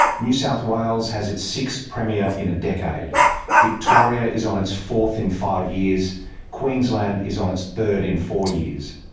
new south wales has its sixth premier in a decade victoria is on its fourth in five years queensland is on its third in four years.